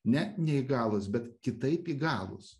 ne neįgalūs bet kitaip įgalūs